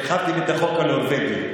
הרחבתם את החוק הנורבגי.